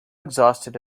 exhausted